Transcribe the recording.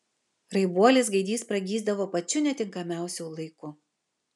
raibuolis gaidys pragysdavo pačiu netinkamiausiu laiku